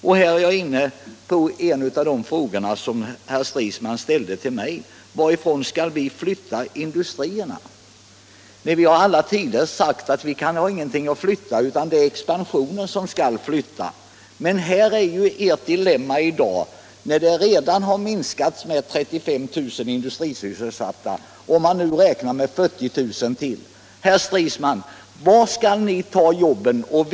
Jag är därmed inne på en av de frågor som herr Stridsman ställde till mig: Varifrån skall vi flytta industrierna? Ja, vi har i alla tider sagt att vi inte har något att flytta — det är expansionen som skall flytta. Men det är ju det som är ert dilemma i dag, när antalet industrisysselsatta redan minskat med 35 000 och man räknar med att det kommer att minska med ytterligare 40 000. Var skall ni ta jobben, herr Stridsman?